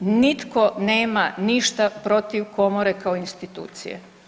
Nitko nema ništa protiv Komore kao institucije.